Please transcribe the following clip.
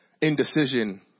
indecision